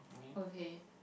okay